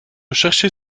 chercher